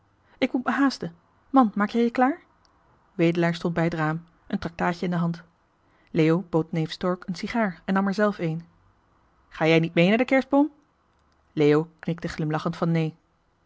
ik moet me haasten man maak jij je klaar johan de meester de zonde in het deftige dorp wedelaar stond bij het raam een tractaatje in de hand leo bood neef stork een sigaar en nam er zelf een ga jij niet mee naar den kerstboom leo knikte glimlachend van neen